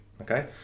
okay